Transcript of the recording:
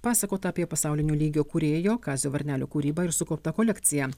pasakota apie pasaulinio lygio kūrėjo kazio varnelio kūrybą ir sukauptą kolekciją